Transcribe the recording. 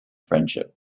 friendship